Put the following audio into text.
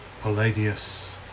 Palladius